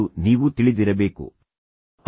ಈ ನಿರೀಕ್ಷಿತ ಗುರುತುಗಳು